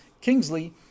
kingsley